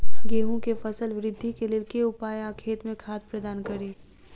गेंहूँ केँ फसल वृद्धि केँ लेल केँ उपाय आ खेत मे खाद प्रदान कड़ी?